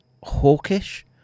hawkish